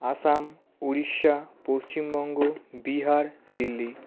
Assam Orissa Paschimbanga Bihar Delhi